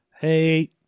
Hey